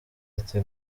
ati